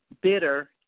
bitter